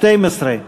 התשע"ב 2012,